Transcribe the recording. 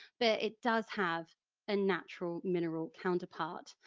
but it does have a natural mineral counterpart.